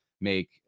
make